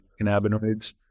cannabinoids